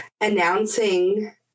announcing